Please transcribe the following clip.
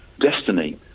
destiny